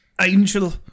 Angel